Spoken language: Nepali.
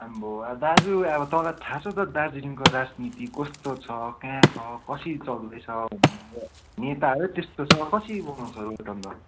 आम्म अब दाजु अब तपाईँलाई थाहा छ त दार्जिलिङको राजनीति कस्तो छ कहाँ छ कसरी चल्दैछ भन्ने त नेताहरू त्यस्तो छ कसरी बनाउँछ रोड अन्त